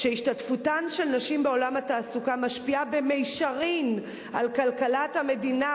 שהשתתפותן של נשים בעולם התעסוקה משפיעה במישרין על כלכלת המדינה,